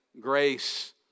grace